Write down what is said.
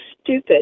stupid